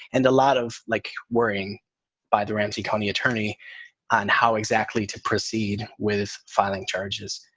and a lot of like worrying by the ramsey county attorney on how exactly to proceed with filing charges.